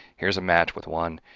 here's a match with one,